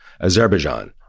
Azerbaijan